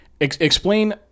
Explain